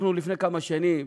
אנחנו, לפני כמה שנים,